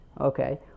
Okay